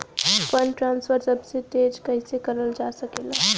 Fund transfer सबसे तेज कइसे करल जा सकेला?